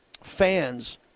fans